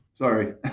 Sorry